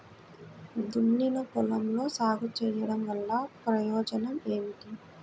దున్నిన పొలంలో సాగు చేయడం వల్ల ప్రయోజనం ఏమిటి?